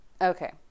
Okay